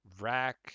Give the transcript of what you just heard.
Rack